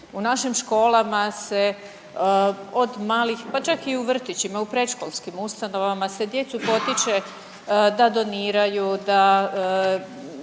U našim školama se od malih, pa čak i u vrtićima, u predškolskim ustanovama se djecu potiče da doniraju da